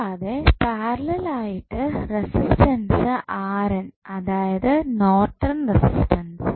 കൂടാതെ പാരലൽ ആയിട്ട് റെസിസ്റ്റൻസ് അതായത് നോർട്ടൺ റെസിസ്റ്റൻസ്